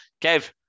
Kev